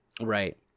Right